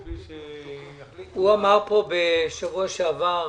צבי כהן, אמר בשבוע שעבר